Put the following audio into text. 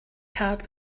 card